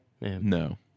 no